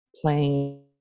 playing